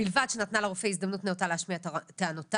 בלבד שנתנה לרופא הזמנות נאותה להשמיע את טענותיו